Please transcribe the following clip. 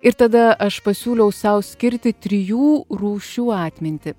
ir tada aš pasiūliau sau skirti trijų rūšių atmintį